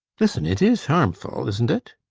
listen, it is harmful, isn't it?